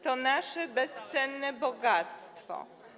To nasze bezcenne bogactwo.